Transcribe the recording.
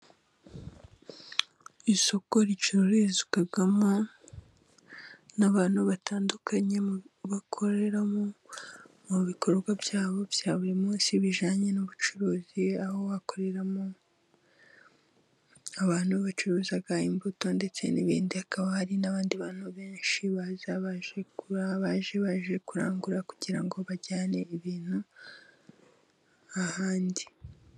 Isoko ricururizwamo n'abantu batandukanye bakoreramo ibikorwa byabo bya buri munsi bijyanye n'ubucuruzi, aho bakoreramo abantu bacuruza imbuto ndetse n'ibindi. Hakaba hari n'abandi bantu benshi baza baje kugura, baza baje kurangura kugira ngo bajyane ibintu ahandi.